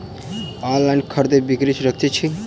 online खरीदै बिक्री सुरक्षित छी